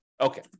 Okay